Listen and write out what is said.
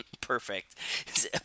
Perfect